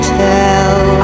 tell